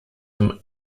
him